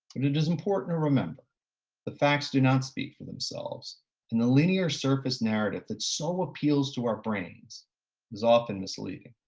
it is important to remember the facts do not speak for themselves and the linear surface narrative that's so appeals to our brains is often misleading.